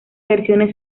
versiones